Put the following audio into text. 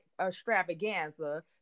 extravaganza